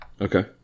Okay